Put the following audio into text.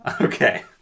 Okay